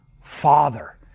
Father